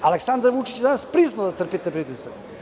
Aleksandar Vučić, danas je priznao da trpite pritisak.